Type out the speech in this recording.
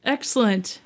Excellent